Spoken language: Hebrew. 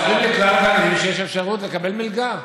מספרים לכלל התלמידים שיש אפשרות לקבל מלגה.